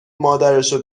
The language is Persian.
مادرشو